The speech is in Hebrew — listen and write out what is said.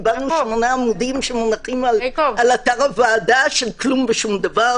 קיבלנו שמונה עמודים שמונחים על אתר הוועדה של כלום ושום דבר.